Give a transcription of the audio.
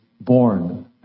born